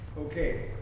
Okay